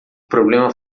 problema